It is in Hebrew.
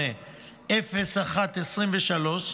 38.0123,